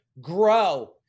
grow